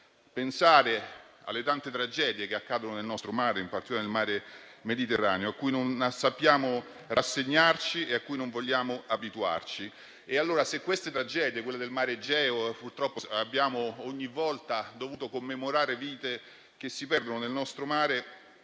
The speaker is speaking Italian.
pensare alle tante tragedie che accadono nel nostro mare, in particolar nel Mar Mediterraneo, cui non sappiamo rassegnarci e cui non vogliamo abituarci. Allora, se per queste tragedie, come per quelle del Mar Egeo, purtroppo ogni volta abbiamo dovuto commemorare vite che si sono perse nel nostro mare